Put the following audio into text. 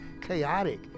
chaotic